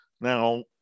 now